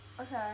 Okay